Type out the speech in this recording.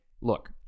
look